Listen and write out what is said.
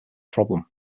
problem